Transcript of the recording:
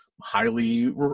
highly